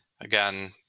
Again